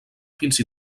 fins